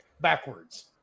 Backwards